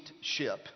Ship